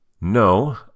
No